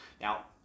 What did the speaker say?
Now